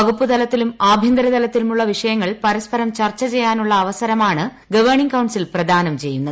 വകുപ്പുതലത്തിലും ആഭ്യന്തര തലത്തിലുമുള്ള വിഷയങ്ങൾ പരസ്പരം ചർച്ച ചെയ്യാനുള്ള അവസരമാണ് ഗവേണിംഗ് കൌൺസിൽ പ്രദാനം ചെയ്യുന്നത്